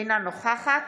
אינה נוכחת